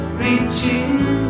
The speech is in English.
reaching